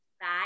Bye